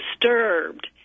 disturbed